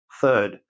Third